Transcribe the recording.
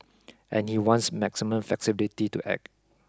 and he wants maximum flexibility to act